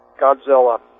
Godzilla